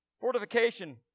Fortification